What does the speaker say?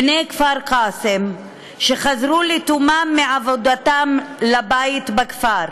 בני כפר-קאסם, שחזרו לתומם מעבודתם לבית בכפר.